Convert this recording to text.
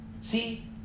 See